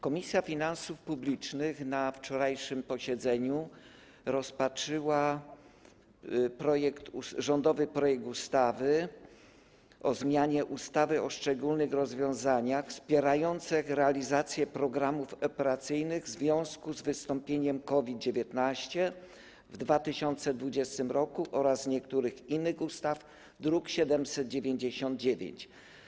Komisja Finansów Publicznych na wczorajszym posiedzeniu rozpatrzyła rządowy projekt ustawy o zmianie ustawy o szczególnych rozwiązaniach wspierających realizację programów operacyjnych w związku z wystąpieniem COVID-19 w 2020 r. oraz niektórych innych ustaw, druk nr 799.